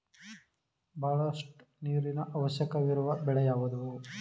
ಬಹಳಷ್ಟು ನೀರಿನ ಅವಶ್ಯಕವಿರುವ ಬೆಳೆ ಯಾವುವು?